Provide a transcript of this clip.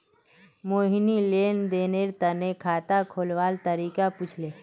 मोहिनी लेन देनेर तने खाता खोलवार तरीका पूछले